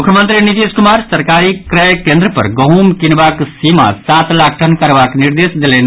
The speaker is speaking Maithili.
मुख्यमंत्री नीतीश कुमार सरकारी क्रय केन्द्र पर गहूँम कीनबाक सीमा सात लाख टन करबाक निर्देश देलनि